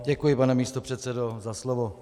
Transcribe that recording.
Děkuji, pane místopředsedo, za slovo.